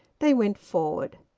they went forward.